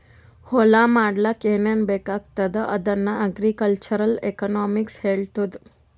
ಹೊಲಾ ಮಾಡ್ಲಾಕ್ ಏನೇನ್ ಬೇಕಾಗ್ತದ ಅದನ್ನ ಅಗ್ರಿಕಲ್ಚರಲ್ ಎಕನಾಮಿಕ್ಸ್ ಹೆಳ್ತುದ್